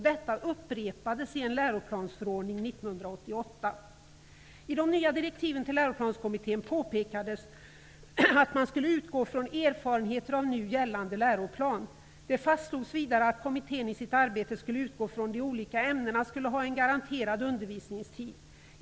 Detta upprepades i en läroplansförordning I de nya direktiven till Läroplanskommittén påpekades att man skulle utgå från erfarenheter av nu gällande läroplan. Det fastslogs vidare att kommittén i sitt arbete skulle utgå från att de olika ämnena skulle ha en garanterad undervisningstid.